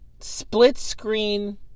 split-screen